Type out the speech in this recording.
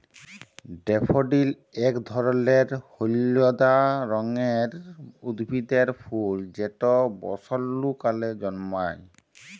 daffodil ইক ধরলের হইলদা রঙের উদ্ভিদের ফুল যেট বসল্তকালে জল্মায়